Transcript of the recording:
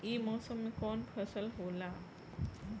ई मौसम में कवन फसल होला?